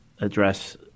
address